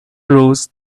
rose